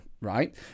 right